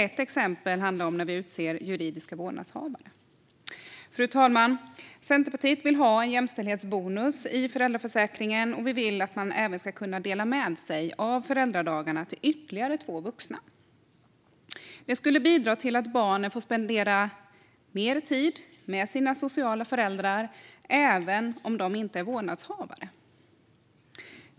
Ett exempel är när vi utser juridiska vårdnadshavare. Fru talman! Centerpartiet vill ha en jämställdhetsbonus i föräldraförsäkringen, och vi vill att man även ska kunna få dela med sig av föräldradagarna till ytterligare två vuxna. Det skulle bidra till att barnen får spendera mer tid med sina sociala föräldrar även om de inte är vårdnadshavare.